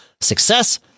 Success